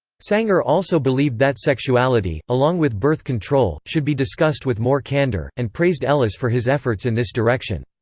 sanger also believed that sexuality, along with birth control, should be discussed with more candor, and praised ellis for his efforts in this direction.